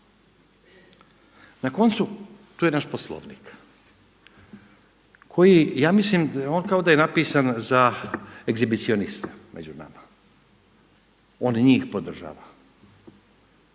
na koncu, tu je naš Poslovnik koji, ja mislim da on kao da je napisan za egzibicionista među nama. On njih podržava.